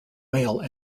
male